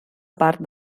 part